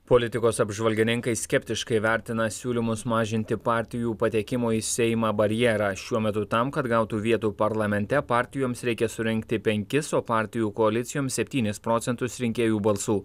politikos apžvalgininkai skeptiškai vertina siūlymus mažinti partijų patekimo į seimą barjerą šiuo metu tam kad gautų vietų parlamente partijoms reikia surinkti penkis o partijų koalicijom septynis procentus rinkėjų balsų